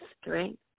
strength